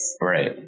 Right